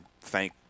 thank